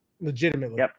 legitimately